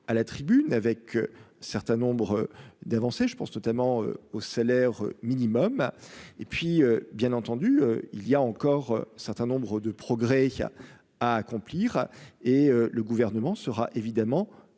à la tribune avec un certain nombre d'avancées, je pense notamment au salaire minimum et puis bien entendu, il y a encore certains nombres de progrès à accomplir, et le gouvernement sera évidemment